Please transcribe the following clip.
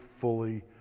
fully